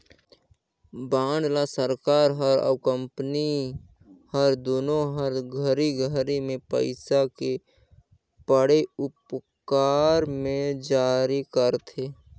bond ल सरकार हर अउ कंपनी हर दुनो हर घरी घरी मे पइसा के पड़े उपर मे जारी करथे